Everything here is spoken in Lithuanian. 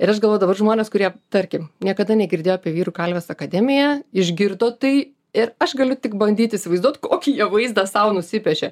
ir aš galvoju dabar žmonės kurie tarkim niekada negirdėjo apie vyrų kalvės akademiją išgirdo tai ir aš galiu tik bandyti įsivaizduot kokį jie vaizdą sau nusipiešė